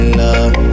love